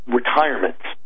retirements